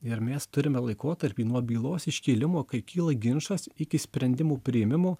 ir mes turime laikotarpį nuo bylos iškėlimo kai kyla ginčas iki sprendimų priėmimo